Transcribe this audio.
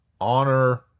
honor